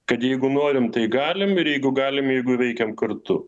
kad jeigu norim tai galim ir jeigu galim jeigu veikiam kartu